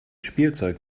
spielzeug